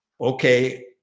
okay